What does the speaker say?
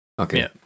Okay